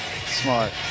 Smart